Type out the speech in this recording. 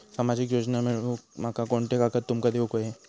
सामाजिक योजना मिलवूक माका कोनते कागद तुमका देऊक व्हये?